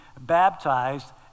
baptized